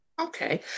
Okay